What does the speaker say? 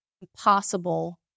impossible